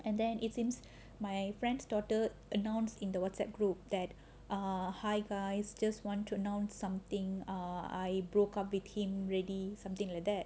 and then it seems my friend's daughter announced in the WhatsApp group that uh hi guys just want to know something err I broke up with him already something like that